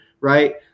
right